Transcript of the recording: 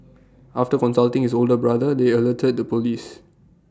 after consulting his older brother they alerted the Police